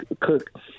cook